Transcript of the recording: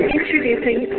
Introducing